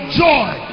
joy